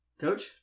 Coach